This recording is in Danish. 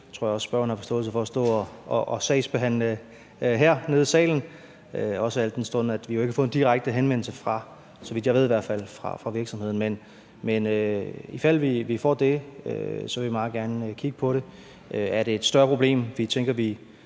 det tror jeg også spørgeren har forståelse for – stå og sagsbehandle hernede i salen, al den stund at vi jo heller ikke, så vidt jeg ved, har fået en direkte henvendelse fra virksomheden. Men i fald vi får det, vil vi meget gerne kigge på det. Er det et større problem, som vi tænker vi